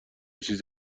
چیزی